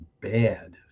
bad